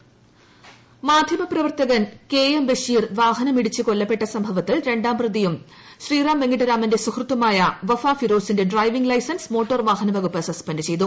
വഫ ഫിറോസ് മാധ്യമ പ്രവർത്തകൻ K M Basheer വാഹനം ഇടിച്ച് കൊല്ലപ്പെട്ട സംഭവത്തിൽ രാം പ്രതിയും ശ്രീറാം വെങ്കിട്ടരാമന്റെ സുഹൃത്തുമായ വഫ ഫിറോസിന്റെ ഡ്രൈവിംഗ് ലൈസൻസ് മോട്ടോർ വാഹന വകുപ്പ് സസ്പെന്റ് ചെയ്തു